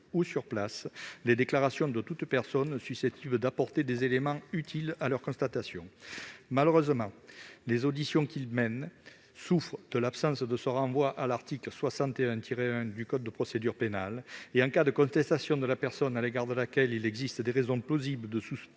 ou sur place les déclarations de toute personne susceptible d'apporter des éléments utiles à leurs constatations. Malheureusement, les auditions qu'ils mènent souffrent de l'absence de ce renvoi à l'article 61-1 du code de procédure pénale, car, en cas de contestation de la personne à l'égard de laquelle il existe des raisons plausibles de soupçonner